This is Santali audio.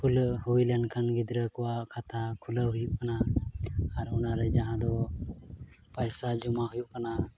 ᱠᱷᱩᱞᱟᱹᱣ ᱦᱩᱭ ᱞᱮᱱᱠᱷᱟᱱ ᱜᱤᱫᱽᱨᱟᱹ ᱠᱚᱣᱟᱜ ᱠᱷᱟᱛᱟ ᱠᱷᱩᱞᱟᱹᱣ ᱦᱩᱭᱩᱜ ᱠᱟᱱᱟ ᱟᱨ ᱚᱱᱟᱨᱮ ᱡᱟᱦᱟᱸ ᱫᱚ ᱯᱚᱭᱥᱟ ᱡᱚᱢᱟ ᱦᱩᱭᱩᱜ ᱠᱟᱱᱟ